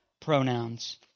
pronouns